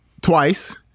Twice